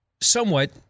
somewhat